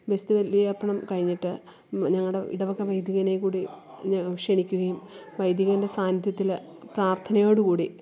വിശുദ്ധ ബലിയര്പ്പണം കഴിഞ്ഞിട്ട് ഞങ്ങളുടെ ഇടവക വൈദികനെ കൂടി ക്ഷണിക്കുകയും വൈദികന്റെ സാന്നിദ്ധ്യത്തിൽ പ്രാര്ത്ഥനയോടുകൂടി